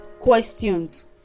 questions